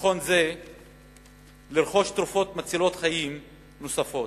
ובחיסכון זה לרכוש תרופות מצילות חיים נוספות?